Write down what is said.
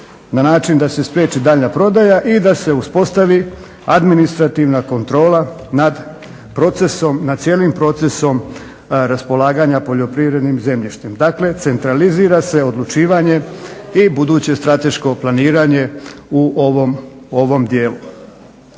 na način da se spriječi daljnja prodaja i da se uspostavi administrativna kontrola nad procesom, nad cijelim procesom raspolaganja poljoprivrednim zemljištem. Dakle, centralizira se odlučivanje i buduće strateško planiranje u ovom dijelu.